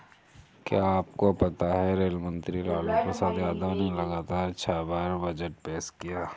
क्या आपको पता है रेल मंत्री लालू प्रसाद यादव ने लगातार छह बार बजट पेश किया?